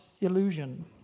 illusion